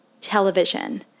television